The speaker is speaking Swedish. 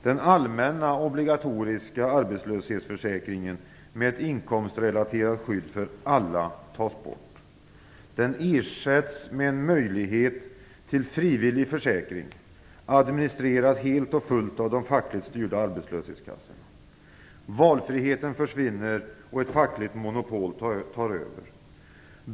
Den allmänna obligatoriska arbetslöshetsförsäkringen med ett inkomstrelaterat skydd för alla tas bort. Den ersätts med en möjlighet till en frivillig försäkring, helt och fullt administrerad av de fackligt styrda arbetslöshetskassorna. Valfriheten försvinner, och ett fackligt monopol tar över.